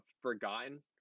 forgotten